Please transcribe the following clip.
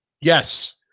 Yes